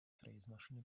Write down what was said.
fräsmaschine